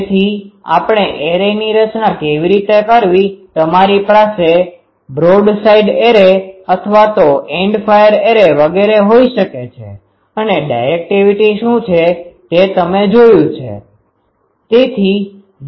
તેથી આપણે એરેની રચના કેવી રીતે કરવી તમારી પાસે બ્રોડસાઇડ એરે અથવા તો એન્ડફાયર એરે વગેરે હોઈ શકે છે અને ડાયરેક્ટિવિટી શું છે તે તમે જોયું છે